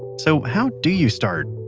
so how do you start?